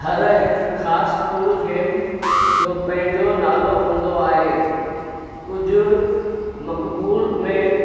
हर हिक ख़ासि पूल गेम जो पंहिंजो नालो हूंदो आहे कुझु मक़बूल में